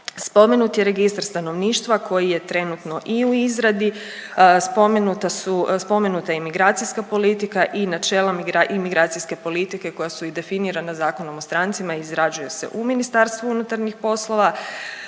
Spomenut je registar stanovništva koji je trenutno i u izradi, spomenuta su, spomenuta je imigracijska politika i načela i migracijske politike koje su i definirana Zakonom o strancima i izrađuje se u Ministarstvu unutarnjih poslova,